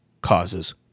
causes